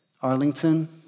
Arlington